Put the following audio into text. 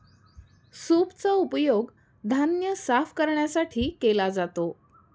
सूपचा उपयोग धान्य साफ करण्यासाठी केला जातो